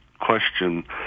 question